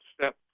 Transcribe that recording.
step